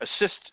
assist